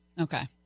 okay